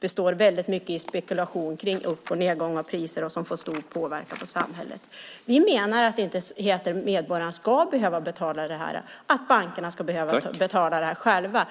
består av spekulation kring upp och nedgång av priser och får stor påverkan på samhället. Vi menar att medborgarna inte ska behöva betala det här utan att bankerna ska betala det själva.